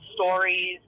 stories